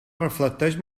reflecteix